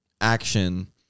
action